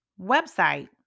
website